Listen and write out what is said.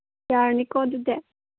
ꯌꯥꯔꯅꯤꯀꯣ ꯑꯗꯨꯗꯤ